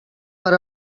per